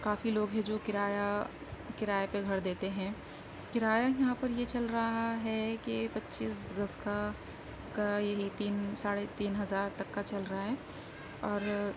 کافی لوگ ہے جو کرایہ کرایے پہ گھر دیتے ہیں کرایہ یہاں پر یہ چل رہا ہے کہ پچیس گز کا کا یہی تین ساڑھے تین ہزار تک کا چل رہا ہے اور